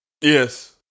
Yes